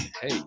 Hey